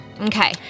Okay